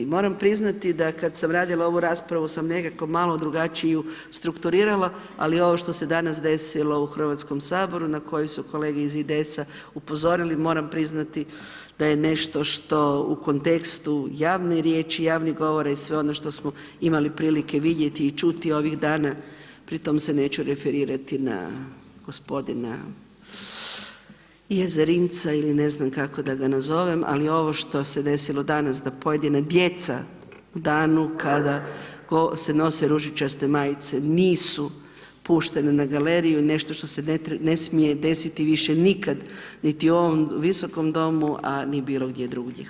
Moram priznati da kad sam radila ovu raspravu sam nekako malo drugačije ju strukturirala, ali ovo što se danas desilo u Hrvatskom saboru na koju su kolege iz IDS-a upozorili, moram priznati da je nešto što u kontekstu javnih riječi, javnih govora i sve ono što smo imali prilike vidjeti i čuti ovih dana, pri tom se ne ću referirati na g. Jezerinca ili ne znam kako da ga nazovem ali ovo što se desilo danas da pojedina djeca u danu kada se nose ružičaste majice nisu puštena na galeriju, nešto što se ne smije desiti više nikad niti u ovom Visokom domu a ni bilogdje drugdje.